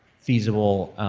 feasible.